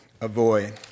avoid